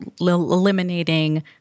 eliminating